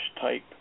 type